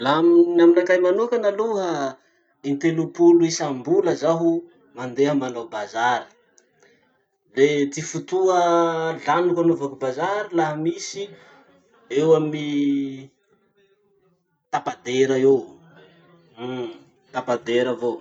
Laha aminakahy manokana aloha, intelompolo isambola zaho mandeha manao bazary. Le ty fotoa laniko anaovako bazary laha misy eo amy tapa-dera eo. Tapa-dera avao.